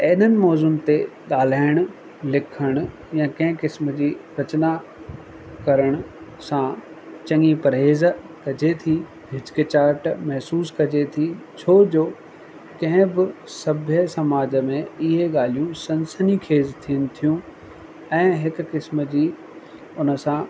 एॾनि मौज़ुनि ते ॻाल्हाइणु लिखणु या कंहिं क़िस्म जी रचना करण सां चङी परहेज कजे थी हिचकिचाहट महिसूसु कजे थी छो जो कंहिं बि सभ्य समाज में इहे ॻाल्हियूं सनसनीखेज़ थियनि थियूं ऐं हिक क़िस्म जी उनसां